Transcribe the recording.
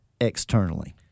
externally